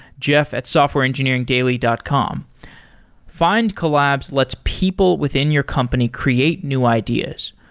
jeff at softwareengineeringdaily dot com findcollabs lets people within your company create new ideas.